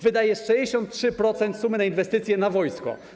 Wydaje 63% sumy na inwestycje na wojsko.